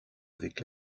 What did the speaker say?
avec